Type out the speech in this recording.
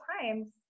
times